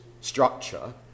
structure